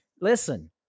listen